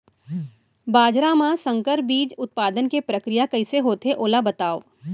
बाजरा मा संकर बीज उत्पादन के प्रक्रिया कइसे होथे ओला बताव?